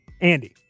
Andy